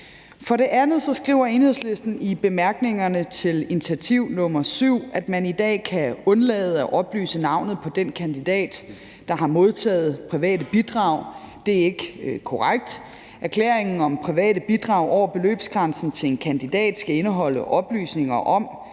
For det andet skriver Enhedslisten i bemærkningerne til initiativ nr. 7, at man i dag kan undlade at oplyse navnet på den kandidat, der har modtaget private bidrag. Det er ikke korrekt. Erklæringen om private bidrag over beløbsgrænsen til en kandidat skal indeholde oplysninger om,